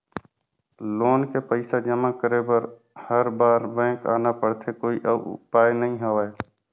Loan के पईसा जमा करे बर हर बार बैंक आना पड़थे कोई अउ उपाय नइ हवय?